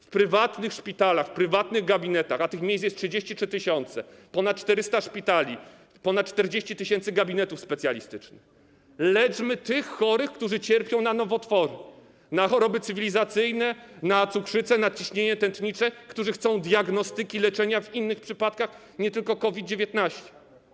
W prywatnych szpitalach, w prywatnych gabinetach - a tych miejsc jest 33 tys., ponad 400 szpitali, ponad 40 tys. gabinetów specjalistycznych - leczmy tych chorych, którzy cierpią na nowotwory, na choroby cywilizacyjne, na cukrzycę, nadciśnienie tętnicze, którzy chcą diagnostyki, leczenia w innych przypadkach, nie tylko w przypadku COVID-19.